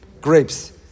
grapes